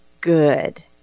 good